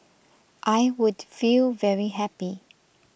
I would feel very happy